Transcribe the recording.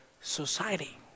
society